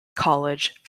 college